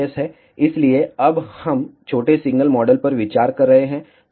इसलिए अब हम छोटे सिग्नल मॉडल पर विचार कर रहे हैं